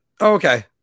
okay